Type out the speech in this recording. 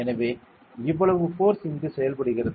எனவே இவ்வளவு போர்ஸ் இங்கு செயல்படுகிறது